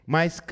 Mas